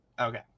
okay